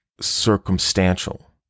circumstantial